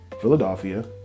Philadelphia